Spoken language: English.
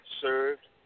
served